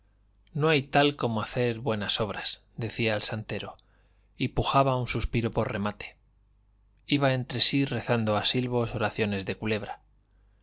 no hay tal como hacer buenas obras decía el santero y pujaba un suspiro por remate iba entre sí rezando a silbos oraciones de culebra